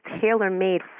tailor-made